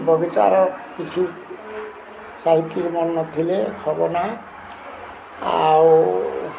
ବଗିଚାର କିଛି ସାହିତି ମନ ନଥିଲେ ହେବ ନା ଆଉ